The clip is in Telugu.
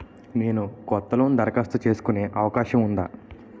నేను కొత్త లోన్ దరఖాస్తు చేసుకునే అవకాశం ఉందా?